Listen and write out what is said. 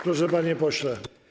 Proszę, panie pośle.